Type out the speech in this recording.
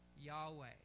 Yahweh